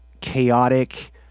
chaotic